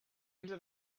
into